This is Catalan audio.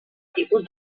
tipus